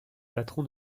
patron